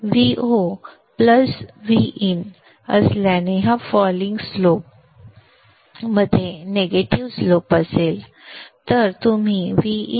Vo Vin असल्याने हा falling slope मध्ये निगेटिव्ह स्लोप असेल